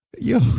Yo